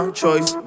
choice